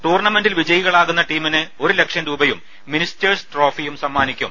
ടൂർണമെന്റിൽവിജയികളാവുന്ന ടീമിന് ഒരു ലക്ഷം രൂപയും മിനിസ്റ്റേഴ്സ് ട്രോഫിയും സമ്മാനിക്കും